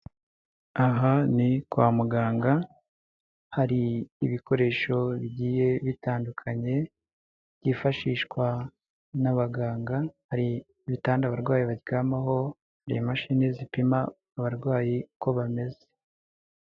Aha ni kwa muganga, hari ibikoresho bigiye bitandukanye byifashishwa n'abaganga, hari ibitande abarwayi baryamaho, imashini zipima abarwayi uko bameze.